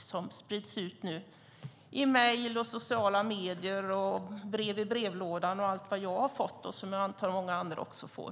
Detta sprids nu i form av mejl, på sociala medier, brev i brevlådan och annat som jag har fått och som jag antar att många andra också får.